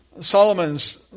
Solomon's